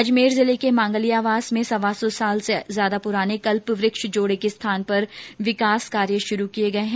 अजमेर जिले के मांगलियावास में सवा सौ साल से ज्यादा पुराने कल्पवृक्ष जोड़े के स्थान पर विकास कार्य शुरू किये गये हैं